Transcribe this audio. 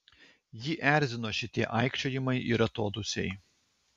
jį erzino šitie aikčiojimai ir atodūsiai